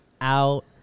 out